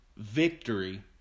Victory